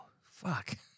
fuck